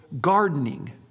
gardening